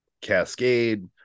Cascade